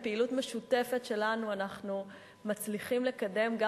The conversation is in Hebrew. בפעילות משותפת שלנו אנחנו מצליחים לקדם גם